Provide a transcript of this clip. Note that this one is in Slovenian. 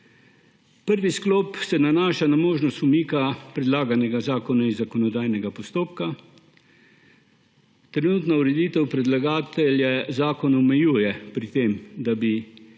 Prvi sklop se nanaša na možnost umika predlaganega zakona iz zakonodajnega postopka. Trenutna ureditev predlagatelje zakona omejuje pri tem, da bi